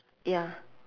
ya